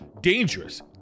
dangerous